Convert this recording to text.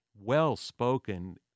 well-spoken